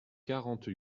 quarante